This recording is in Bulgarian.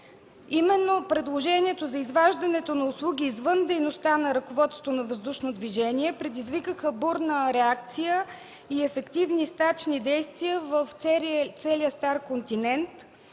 Именно предложението за изваждането на услуги извън дейността на ръководството на „Въздушно движение” предизвикаха бурна реакция и ефективни стачни действия в целия Стар континент